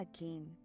...again